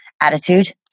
attitude